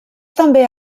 també